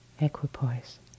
Equipoise